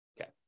Okay